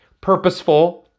purposeful